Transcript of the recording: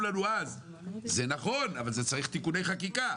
לנו אז: זה נכון אבל זה מצריך תיקוני חקיקה,